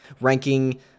ranking